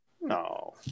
No